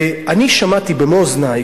אני שמעתי במו-אוזני,